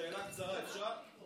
אורנה, שאלה קצרה אפשר?